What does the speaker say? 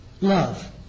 Love